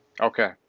Okay